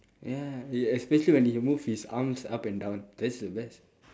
ya especially when he move his arms up and down that's the best